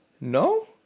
No